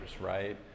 right